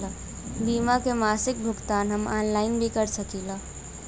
बीमा के मासिक भुगतान हम ऑनलाइन भी कर सकीला?